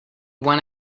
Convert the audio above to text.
when